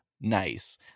nice